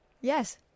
Yes